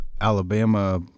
Alabama